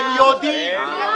הם יודעים.